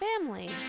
family